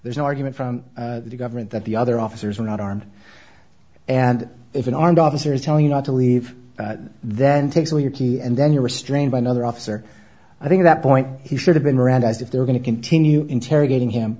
there's no argument from the government that the other officers were not armed and if an armed officers tell you not to leave then takes away your key and then you're restrained by another officer i think that point he should have been mirandized if they're going to continue interrogating him